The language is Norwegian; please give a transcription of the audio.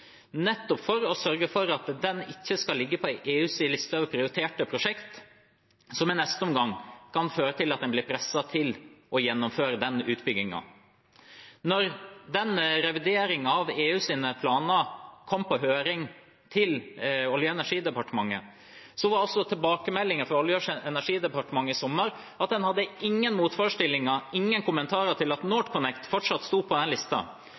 nettopp for å sørge for at den ikke skal ligge på EUs liste over prioriterte prosjekt, som i neste omgang kan føre til at en blir presset til å gjennomføre den utbyggingen. Da revideringen av EUs planer kom på høring til Olje- og energidepartementet, var tilbakemeldingen fra departementet i sommer at en hadde ingen motforestillinger, ingen kommentarer, til at NorthConnect fortsatt sto på den lista.